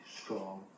strong